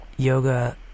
yoga